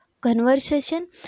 conversation